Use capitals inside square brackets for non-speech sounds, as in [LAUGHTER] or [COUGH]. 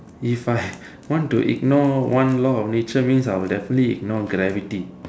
if I [BREATH] want to ignore one law of nature I'll definitely ignore gravity